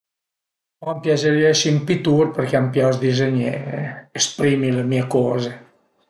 A m'piazerìa esi ën pitur perché a m'pias dizegné e esprimi le mie coze